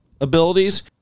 abilities